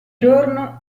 giorno